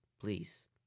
please